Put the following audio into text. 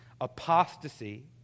Apostasy